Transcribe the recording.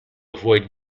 avoid